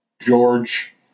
George